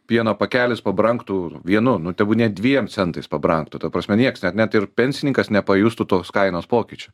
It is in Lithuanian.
pieno pakelis pabrangtų vienu nu tebūnie dviem centais pabrangtų ta prasme nieks net net ir pensininkas nepajustų tos kainos pokyčių